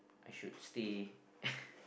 I should stay